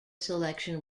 selection